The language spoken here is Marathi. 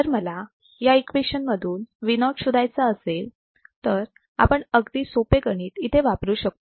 जर मला या इक्वेशन मधून Vo शोधायचा असेल तर आपण अगदी सोपे गणित इथे वापरू शकतो